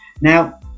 now